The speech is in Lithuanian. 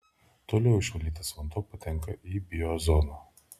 toliau išvalytas vanduo patenka į biozoną